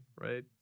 right